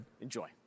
enjoy